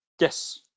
Yes